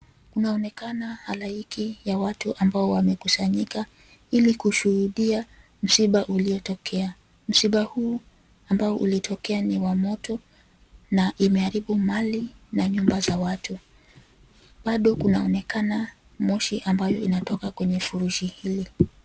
Inaonekana halaiki ya watu ambao wamekusanyika ili kushuhudia msiba uliotokea. Msiba huu ambao ulitokea ni wa moto na imeharibu mali na nyumba za watu. Bado kunaonekana moshi ambayo inaotoka kwenye furushi hili.